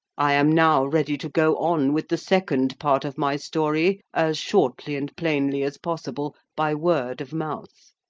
i am now ready to go on with the second part of my story as shortly and plainly as possible, by word of mouth.